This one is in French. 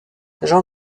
jean